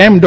એમ ડો